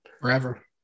forever